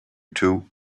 two